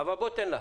ברשותך --- תן לה.